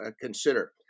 consider